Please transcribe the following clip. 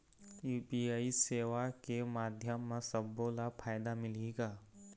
UPI सेवा के माध्यम म सब्बो ला फायदा मिलही का?